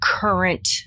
current